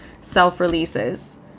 self-releases